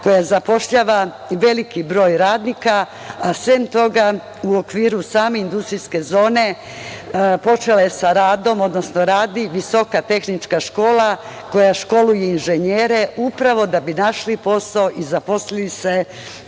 koja zapošljava veliki broj radnika, a sem toga, u okviru same industrijske zone počela je sa radom, odnosno radi Visoka tehnička škola koja školuje inženjere, upravo da bi našli posao i zaposlili se